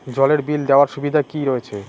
জলের বিল দেওয়ার সুবিধা কি রয়েছে?